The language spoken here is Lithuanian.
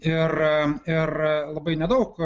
ir ir labai nedaug